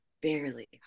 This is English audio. barely